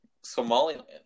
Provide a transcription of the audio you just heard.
Somaliland